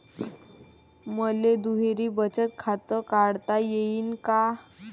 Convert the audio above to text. मले दुहेरी बचत खातं काढता येईन का?